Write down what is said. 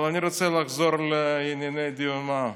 אבל אני רוצה לחזור לענייני דיומא.